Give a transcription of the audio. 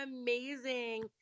amazing